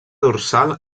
dorsal